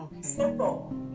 simple